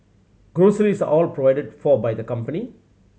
groceries are all provided for by the company